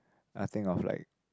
I will think of like